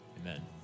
amen